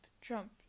Trump